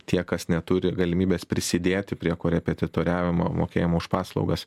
tie kas neturi galimybės prisidėti prie korepetitoriavimo mokėjimo už paslaugas